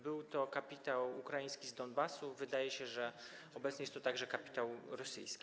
Był to kapitał ukraiński z Donbasu, wydaje się, że obecnie jest to także kapitał rosyjski.